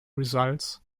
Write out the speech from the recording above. results